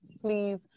please